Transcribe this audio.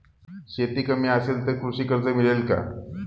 शेती कमी असेल तर कृषी कर्ज मिळेल का?